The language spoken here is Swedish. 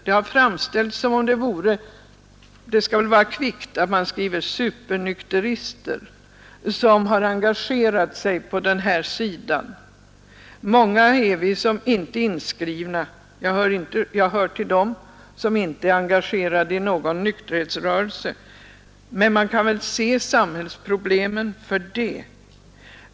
Det har framställts som om det bara var de, och det skall väl vara kvickt när man i det sammanhanget talar om supernykterister. Vi är många som inte är inskrivna bland nykteristerna. Jag hör själv till dem som inte är engagerad i någon nykterhetsrörelse. Men man kan väl se samhällsproblemet för det.